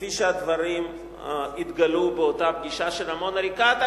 כפי שהדברים שהתגלו באותה פגישה של רמון-עריקאת,